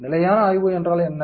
நிலையான ஆய்வு என்றால் என்ன